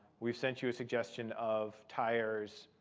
we've sent you a suggestion of tires,